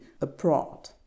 abroad